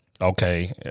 okay